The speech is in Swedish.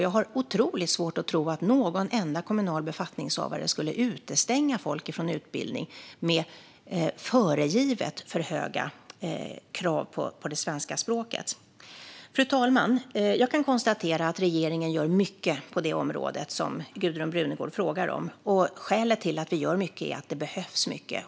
Jag har otroligt svårt att tro att någon kommunal befattningshavare skulle utestänga folk från utbildning genom att förege för höga krav på det svenska språket. Fru talman! Jag kan konstatera att regeringen gör mycket på det område som Gudrun Brunegård frågar om. Skälet till att vi gör mycket är att det behövs mycket.